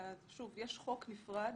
אתה שותף בטרור,